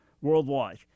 Worldwide